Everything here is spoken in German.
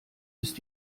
ist